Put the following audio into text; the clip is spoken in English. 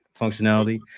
functionality